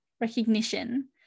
recognition